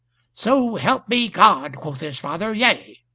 so help me god, quoth his father, yea!